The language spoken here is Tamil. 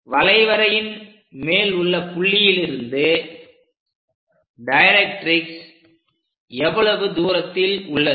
வளைவரையின் மேலுள்ள புள்ளியிலிருந்து டைரக்ட்ரிக்ஸ் எவ்வளவு தூரத்தில் உள்ளது